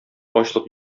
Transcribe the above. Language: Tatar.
ачлык